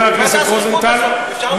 נכון, חבר הכנסת רוזנטל, מה הזחיחות הזאת?